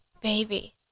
baby